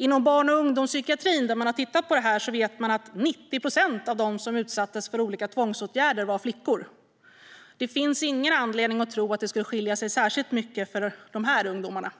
Inom barn och ungdomspsykiatrin, där man har tittat på det här, vet man att 90 procent av dem som utsattes för olika tvångsåtgärder var flickor. Det finns ingen anledning att tro att det skulle skilja sig särskilt mycket när det gäller de här ungdomarna.